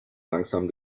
langsam